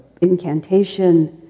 incantation